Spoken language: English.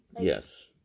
Yes